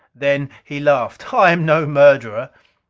then he laughed. i am no murderer.